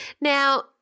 Now